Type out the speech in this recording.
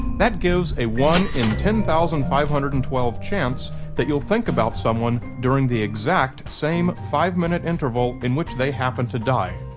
that gives a one in ten thousand five hundred and twelve chance that you'll think about someone during the exact same five minute interval in which they happen to die,